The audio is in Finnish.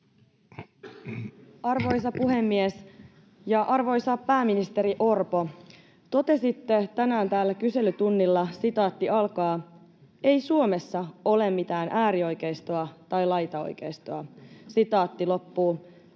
Arvoisa puhemies! Arvoisa pääministeri Orpo, totesitte tänään täällä kyselytunnilla: ”Ei Suomessa ole mitään äärioikeistoa tai laitaoikeistoa.” Olen